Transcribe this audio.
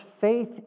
faith